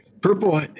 Purple